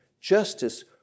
justice